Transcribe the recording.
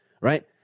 right